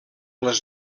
les